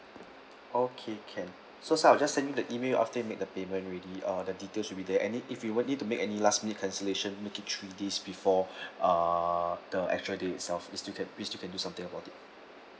okay can so sir I will just send you the email you after you make the payment ready uh the details should be there any if you want it to make any lastly cancellation make it three days before uh the actual day itself we still can we still can do something about it